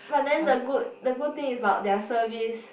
but then the good the good thing is about their service